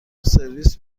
سرویس